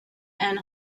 ann